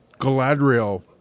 Galadriel